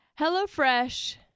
HelloFresh